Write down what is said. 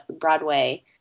Broadway